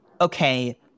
okay